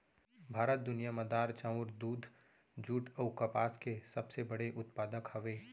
भारत दुनिया मा दार, चाउर, दूध, जुट अऊ कपास के सबसे बड़े उत्पादक हवे